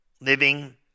living